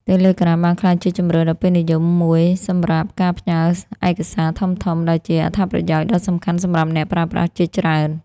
Telegram បានក្លាយជាជម្រើសដ៏ពេញនិយមមួយសម្រាប់ការផ្ញើឯកសារធំៗ ដែលជាអត្ថប្រយោជន៍ដ៏សំខាន់សម្រាប់អ្នកប្រើប្រាស់ជាច្រើន។